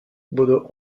bodo